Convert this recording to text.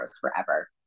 forever